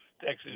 Texas